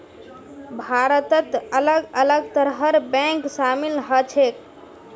भारतत अलग अलग तरहर बैंक शामिल ह छेक